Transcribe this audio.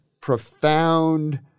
profound